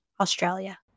Australia